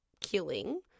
killing